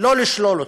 לא לשלול אותו?